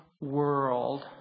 world